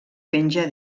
penja